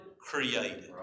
created